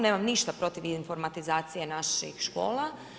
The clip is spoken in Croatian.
Nemam ništa protiv informatizacije naših škola.